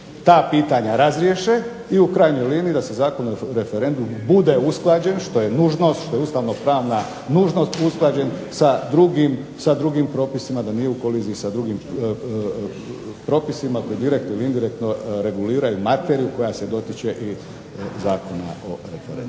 ta pitanja razriješe i u krajnjoj liniji da se Zakon o referendumu bude usklađen što je nužnost što je ustavno pravna nužnost usklađen sa drugim propisima da nije u koliziji sa drugim propisima koji indirektno ili direktno reguliraju materiju koja se dotiče i Zakona o referendumu.